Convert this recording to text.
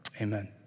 Amen